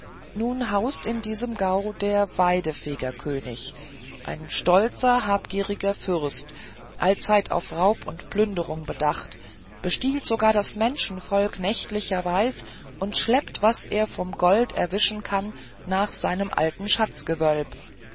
nun haust in diesem gau der waidefegerkönig ein stolzer habgieriger fürst allzeit auf raub und plünderung bedacht bestiehlt sogar das menschenvolk nächtlicherweis und schleppt was er von gold erwischen kann nach seinem alten